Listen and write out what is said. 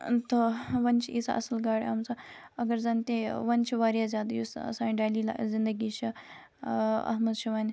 تہٕ وۄنۍ چھِ ییٖژاہ اصل گاڑِ آمژٕ اگر زَن تہِ وۄنۍ چھ واریاہ زیادٕ یُس سانہِ ڈیلی زندگی چھِ اَتھ مَنز چھُ وۄنۍ